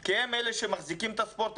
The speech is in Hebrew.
כי הם אלה שמחזיקים את הספורט,